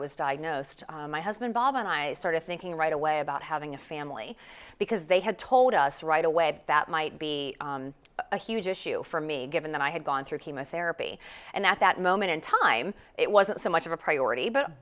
was diagnosed my husband bob and i started thinking right away about having a family because they had told us right away that might be a huge issue for me given that i had gone through chemotherapy and at that moment in time it wasn't so much of a priority but